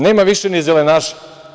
Nema više ni zelenaša.